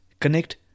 connect